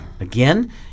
Again